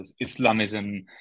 Islamism